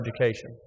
education